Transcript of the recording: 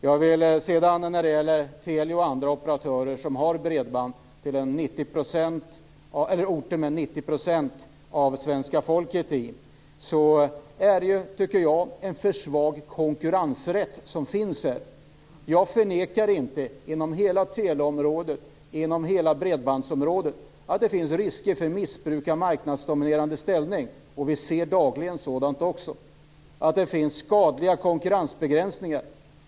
Jag vill när det gäller Telia och andra operatörer som har bredband till de orter som bebos av 90 % av svenska folket påpeka att jag tycker att det finns en för svag konkurrensrätt här. Jag förnekar inte att det finns risker för missbruk av marknadsdominerande ställning inom hela teleområdet, inom hela bredbandsområdet. Vi ser också dagligen sådant. Det finns skadliga konkurrensbegränsningar.